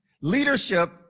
leadership